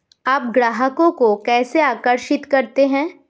आप ग्राहकों को कैसे आकर्षित करते हैं?